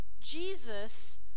Jesus